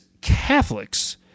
Catholics